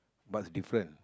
but it's different